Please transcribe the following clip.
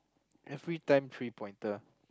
every time three pointer